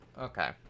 okay